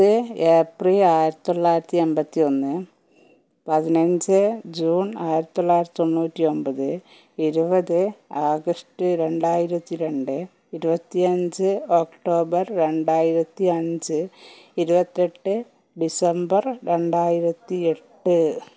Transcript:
പത്ത് ഏപ്രിൽ ആയിരത്തി തൊള്ളായിരത്തി എൺപത്തി ഒന്ന് പതിനഞ്ച് ജൂൺ ആയിരത്തി തൊള്ളായിരത്തി തൊണ്ണൂറ്റി ഒമ്പത് ഇരുപത് ആഗസ്റ്റ് രണ്ടായിരത്തി രണ്ട് ഇരുപത്തി അഞ്ച് ഒക്ടോബർ രണ്ടായിരത്തി അഞ്ച് ഇരുപത്തി എട്ട് ഡിസംബർ രണ്ടായിരത്തി എട്ട്